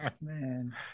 man